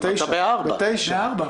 אמרת ב-16:00.